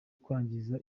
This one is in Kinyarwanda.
kwangiza